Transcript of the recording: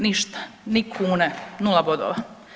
Ništa, ni kune, nula bodova.